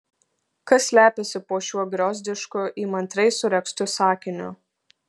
kas slepiasi po šiuo griozdišku įmantriai suregztu sakiniu